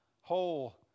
whole